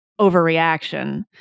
overreaction